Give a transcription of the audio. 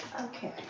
Okay